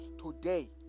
Today